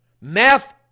Math